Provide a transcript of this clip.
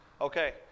Okay